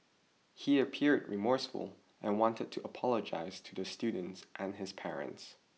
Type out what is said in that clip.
he appeared remorseful and wanted to apologise to the student and his parents